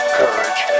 courage